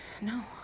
No